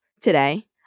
today